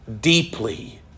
deeply